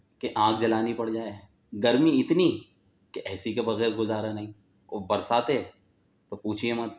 کہ آگ جلانی پڑ جائے گرمی اتنی کہ اے سی کے بغیر گزارا نہیں اور برساتیں تو پوچھئے مت